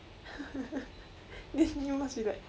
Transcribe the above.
then you must be like